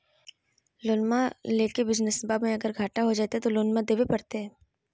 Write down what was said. लोनमा लेके बिजनसबा मे अगर घाटा हो जयते तो लोनमा देवे परते?